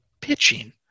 pitching